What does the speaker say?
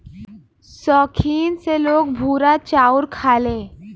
सौखीन से लोग भूरा चाउर खाले